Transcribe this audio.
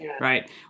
Right